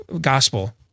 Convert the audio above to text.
gospel